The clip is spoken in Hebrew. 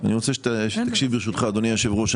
אני רוצה שתקשיב ברשותך אדוני יושב הראש.